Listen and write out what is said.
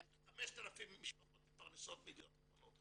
5,000 משפחות מתפרנסות מידיעות אחרונות.